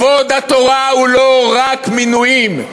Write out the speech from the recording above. כבוד התורה הוא לא רק מינויים.